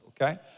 okay